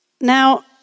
Now